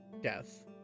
death